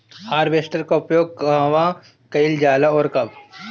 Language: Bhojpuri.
हारवेस्टर का उपयोग कहवा कइल जाला और कब?